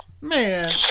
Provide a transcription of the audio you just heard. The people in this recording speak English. Man